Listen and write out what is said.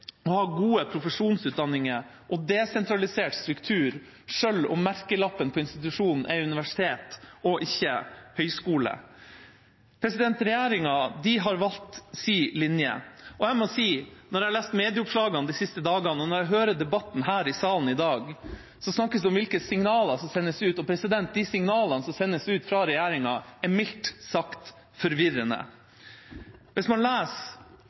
å ha gode profesjonsutdanninger og desentralisert struktur selv om merkelappen på institusjonen er «universitet» og ikke «høgskole». Regjeringa har valgt sin linje, og når jeg har lest medieoppslagene de siste dagene, og når jeg hører debatten her i salen i dag, snakkes det om hvilke signaler som sendes ut. De signalene som sendes ut fra regjeringa, er mildt sagt forvirrende. Hvis man leser